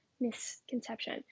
misconception